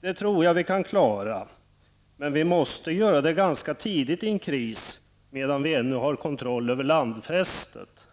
Det tror jag att vi kan klara, men vi måste göra det ganska tidigt i en kris, medan vi ännu har kontroll över landfästet.